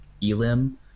elim